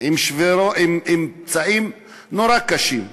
עם פצעים נורא קשים,